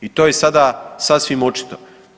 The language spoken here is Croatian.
I to je sada sasvim očito.